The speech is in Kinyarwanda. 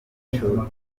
ico